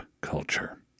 culture